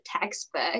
textbook